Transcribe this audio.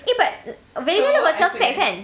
eh but value dollar got sell specs kan